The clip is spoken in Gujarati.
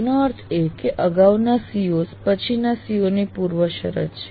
તેનો અર્થ એ છે કે અગાઉના COs પછીના CO ની પૂર્વશરત છે